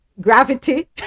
gravity